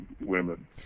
women